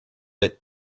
let